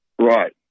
right